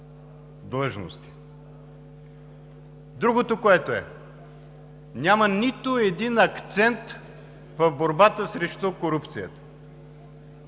Другото, което е – няма нито един акцент в борбата срещу корупцията.